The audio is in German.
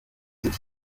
sieht